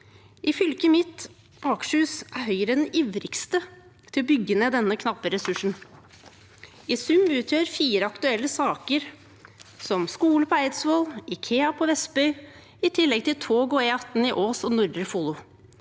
I fylket mitt, Akershus, er Høyre den ivrigste til å bygge ned denne knappe ressursen. I sum utgjør fire aktuelle saker – skole på Eidsvoll, IKEA på Vestby, i tillegg til tog og E18 i Ås og Nordre Follo